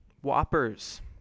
Whoppers